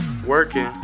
working